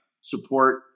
support